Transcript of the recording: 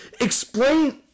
explain